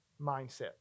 mindset